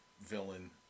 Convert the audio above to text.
villain